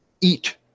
eat